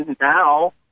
now